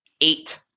eight